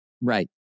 Right